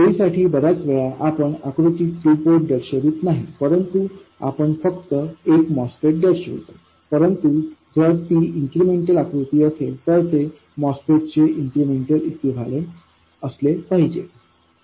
सोयीसाठी बर्याच वेळा आपण आकृतीत टू पोर्ट दर्शवित नाही परंतु आपण फक्त एक MOSFET दर्शविता परंतु जर ती इन्क्रिमेंटल आकृती असेल तर ते MOSFET चे इन्क्रिमेंटल इक्विवेलेंट असले पाहिजे